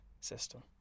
system